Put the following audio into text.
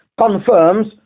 confirms